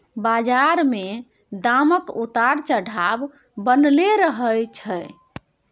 बजार मे दामक उतार चढ़ाव बनलै रहय छै